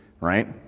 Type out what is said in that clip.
right